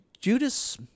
Judas